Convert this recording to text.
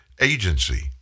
agency